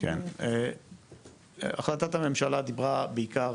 דיברה בעיקר